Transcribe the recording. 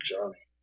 Johnny